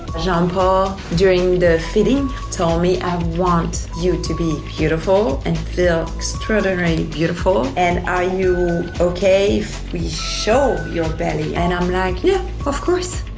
jean paul during the fitting told me i want you to be beautiful and feel extraordinary beautiful and are you okay if we show your belly. and i'm like yeah of course.